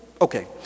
Okay